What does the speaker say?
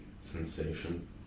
sensation